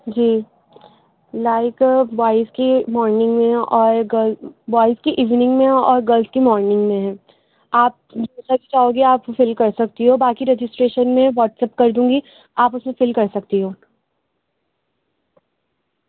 جی like boys کی morning میں اور گرل بوائز کی ایوننگ میں اور گرلز کی مارنگ میں ہے آپ جو سا چاہو گی آپ فل کر سکتی ہو باقی رجسٹریشن میں واٹسیپ کر دوں گی آپ اس میں فل کر سکتی ہو